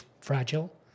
fragile